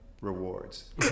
rewards